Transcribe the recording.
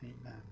amen